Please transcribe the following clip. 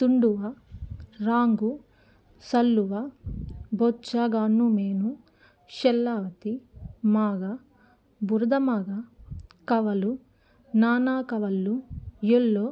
తుండువ రాంగు సల్లువ బొచ్చాగను మీను షెల్లావతి మాగ బురదమాగ కవలు నానాకవళ్ళు ఎల్లో